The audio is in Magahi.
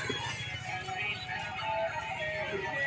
बिल ऑनलाइन आर ऑफलाइन भुगतान कुंसम होचे?